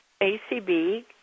ACB